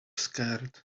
scared